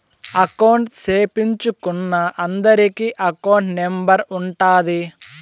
account సేపిచ్చుకున్నా అందరికి account number ఉంటాది